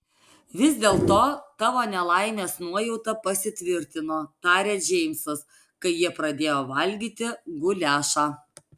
vis dėlto tavo nelaimės nuojauta pasitvirtino tarė džeimsas kai jie pradėjo valgyti guliašą